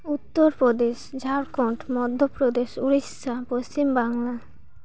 Uttar Pradesh Jharkhand Madhya Pradesh Odisha Paschim Bangla